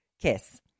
kiss